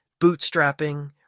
bootstrapping